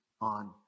on